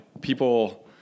People